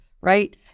right